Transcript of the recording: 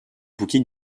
bouquet